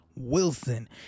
Wilson